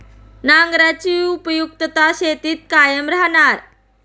नांगराची उपयुक्तता शेतीत कायम राहणार